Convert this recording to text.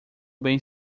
bem